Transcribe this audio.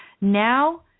now